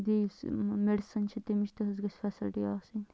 بیٚیہِ یُس میڈِسَن چھِ تمِچ تہِ حظ گژھِ فیسَلٹی آسٕنۍ